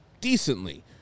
decently